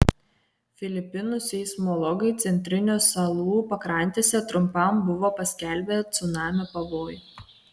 filipinų seismologai centrinių salų pakrantėse trumpam buvo paskelbę cunamio pavojų